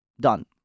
Done